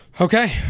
Okay